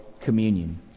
communion